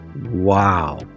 wow